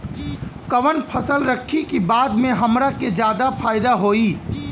कवन फसल रखी कि बाद में हमरा के ज्यादा फायदा होयी?